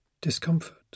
discomfort